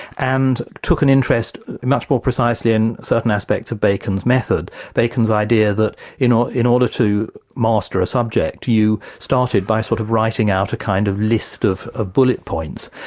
and took an interest much more precisely in certain aspects of bacon's method bacon's idea that in ah in order to master a subject, you started by sort of writing out a kind of list of of bullet points,